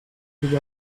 sobre